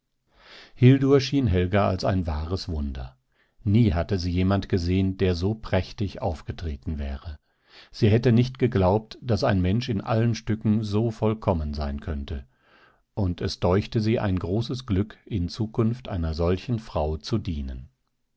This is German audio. schien helga als ein wahres wunder nie hatte sie jemand gesehen der so prächtig aufgetreten wäre sie hätte nicht geglaubt daß ein mensch in allen stücken so vollkommen sein könnte und es däuchte sie ein großes glück in zukunft einer solchen frau zu dienen